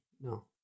No